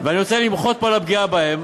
ואני רוצה למחות פה על הפגיעה בהם.